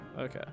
Okay